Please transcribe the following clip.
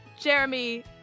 Jeremy